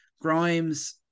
Grimes